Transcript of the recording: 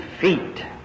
feet